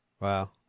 Wow